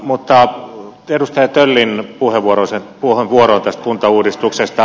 mutta edustaja töllin puheenvuoroon kuntauudistuksesta